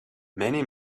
many